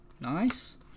Nice